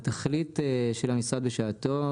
הכוונה של המשרד בשעתו,